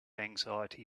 anxiety